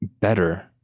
better